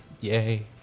Yay